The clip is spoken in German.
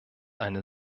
eine